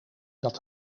dat